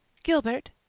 gilbert,